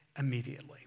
Immediately